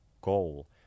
goal